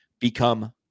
become